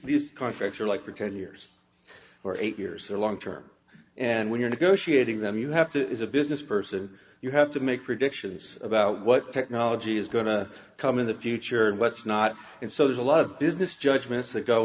these contracts are like for ten years or eight years or long term and when you're negotiating them you have to is a business person you have to make predictions about what technology is going to come in the future and what's not and so there's a lot of business judgments that go